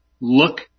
look